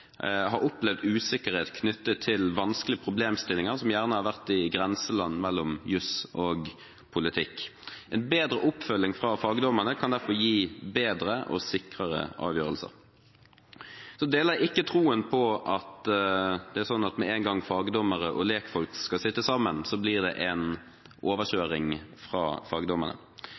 mellom jus og politikk. En bedre oppfølging fra fagdommerne kan derfor gi bedre og sikrere avgjørelser. Jeg deler ikke troen på at det med en gang fagdommere og lekfolk skal sitte sammen, blir det en